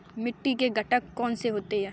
मिट्टी के घटक कौन से होते हैं?